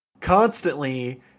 constantly